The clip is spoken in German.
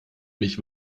mich